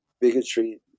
bigotry